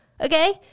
Okay